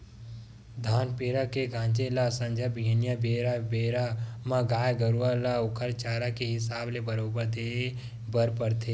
धान पेरा के गांजे ल संझा बिहनियां बेरा बेरा म गाय गरुवा ल ओखर चारा के हिसाब ले बरोबर देय बर परथे